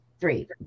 Three